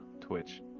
twitch